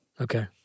Okay